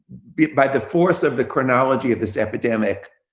by the force of the chronology of this epidemic,